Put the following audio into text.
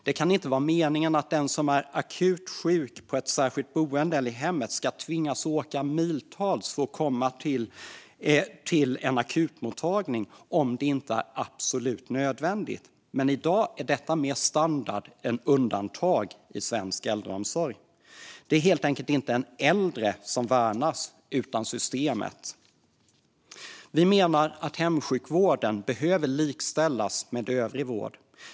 Det kan inte vara meningen att den som blir akut sjuk på ett särskilt boende eller i hemmet ska tvingas åka flera mil för att komma till en akutmottagning om det inte är absolut nödvändigt. Men i dag är detta mer standard än undantag i svensk äldreomsorg. Det är helt enkelt inte den äldre som värnas utan systemet. Vi menar att hemsjukvården behöver likställas övrig vård.